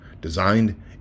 Designed